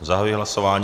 Zahajuji hlasování.